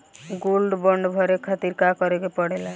Gold bond भरे खातिर का करेके पड़ेला?